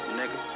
nigga